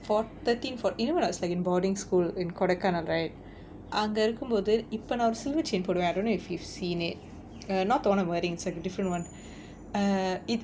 four~ thirteen fourteen you know when I was like in boarding school in kodaikkaanal right அங்க இருக்கும் போது இப்ப நான் ஒரு:anga irukkum pothu ippa naan oru silver chain போடுவேன்:poduvaen I don't know if you've seen it err not the [one] at weddings a different [one] err it